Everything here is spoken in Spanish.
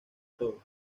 todo